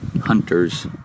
hunters